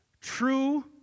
true